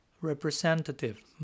representative